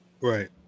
Right